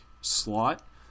slot